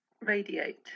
Radiate